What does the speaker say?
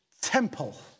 temple